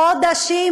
חודשים,